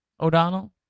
O'Donnell